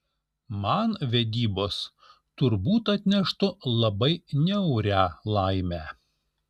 man vedybos turbūt atneštų labai niaurią laimę